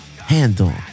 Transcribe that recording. handle